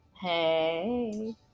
Hey